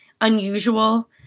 unusual